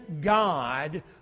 God